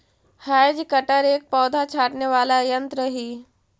hedge cutter एक पौधा छाँटने वाला यन्त्र ही